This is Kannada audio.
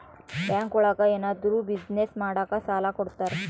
ಬ್ಯಾಂಕ್ ಒಳಗ ಏನಾದ್ರೂ ಬಿಸ್ನೆಸ್ ಮಾಡಾಕ ಸಾಲ ಕೊಡ್ತಾರ